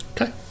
Okay